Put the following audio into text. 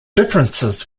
differences